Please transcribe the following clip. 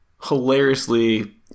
hilariously